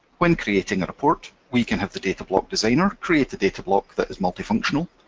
when creating a report, we can have the datablock designer create the datablock that is multifunctional,